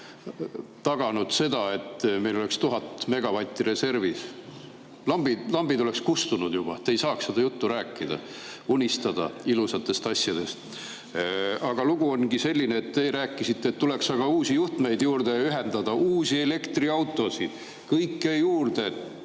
taganud seda, et meil oleks 1000 megavatti reservis. Lambid oleks juba kustunud, te ei saaks seda juttu rääkida ja ilusatest asjadest unistada. Aga lugu ongi selline. Te rääkisite, et tuleks aga uusi juhtmeid juurde ühendada, uusi elektriautosid, kõike juurde,